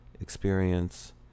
experience